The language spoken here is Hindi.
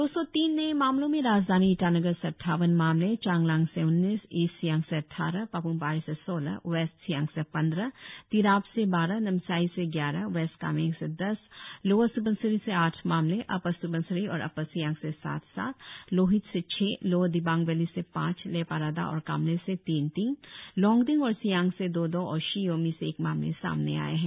दो सौ तीन नए मामलों में राजधानी ईटानगर से अद्वावन मामले चांगलांग से उन्नीस ईस्ट सियांग से अद्वारह पाप्मपारे से सोलह वेस्ट सियांग से पंद्रह तिराप से बारह नामसाई से ग्यारह वेस्ट कामेंग से दस लोअर स्बनसिरी से आठ मामले अपर स्बनसिरी और अपर सियांग से सात सात लोहित से छह लोअर दिबांग वैली से पांच लेपारादा और कामले से तीन तीन लोंगडिंग और सियांग से दो दो और शी योमी से एक मामले सामने आए है